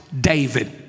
David